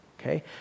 okay